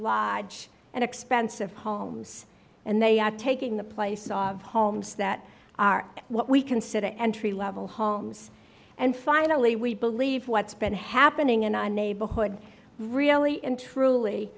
long and expensive homes and they are taking the place of homes that are what we consider entry level homes and finally we believe what's been happening in our neighborhood really in truly